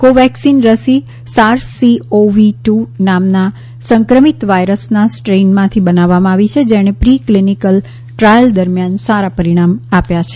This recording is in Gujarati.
કોવેક્સિન રસી SARS C O V two નામના સંક્રમિત વાયરસના સ્ટ્રેનમાંથી બનાવવામાં આવી છે જેણે પ્રી ક્લિનિકલ ટ્રાયલ દરમ્યાન સારા પરિણામ આપ્યા છે